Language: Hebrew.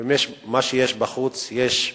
ומה שיש בחוץ יש בפנים.